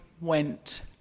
went